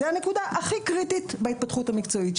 זאת הנקודה הכי קריטית בהתפתחות ואנחנו